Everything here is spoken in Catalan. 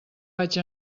vaig